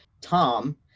Tom